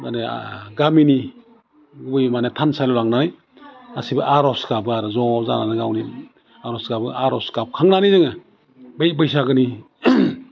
माने जा गामिनि गुबै माने थानसालियाव लांनानै गासिबो आर'ज गाबो आरो ज' जानानै गावनि आर'ज गाबो आर'ज गाबखांनानै जोङो बै बैसागोनि